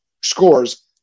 scores